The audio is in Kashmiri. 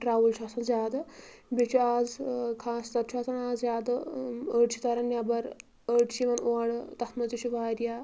ٹرَول چھُ آسان زیادٕ بیٚیہِ چھُ آز خَاص تَر چھُ آسان آز زیادٕ أڑۍ چھِ تَران نیبَر أڑۍ چھِ یِوان اورۍ تتھ منٛز تہِ چھُ وَاریاہ